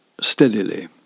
steadily